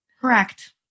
Correct